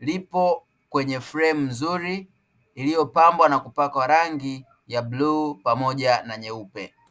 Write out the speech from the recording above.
lipo kwenye fremu nzuri iliyopambwa na kupakwa rangi ya bluu na nyeupe.